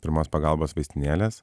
pirmos pagalbos vaistinėles